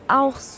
auch